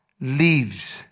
leaves